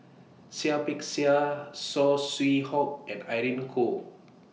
Seah Peck Seah Saw Swee Hock and Irene Khong